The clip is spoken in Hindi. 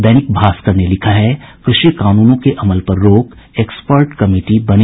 दैनिक भास्कर ने लिखा है कृषि कानूनों के अमल पर रोक एक्सपर्ट कमिटी बनी